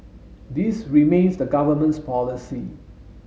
this remains the Government's policy